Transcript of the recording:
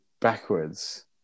backwards